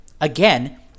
again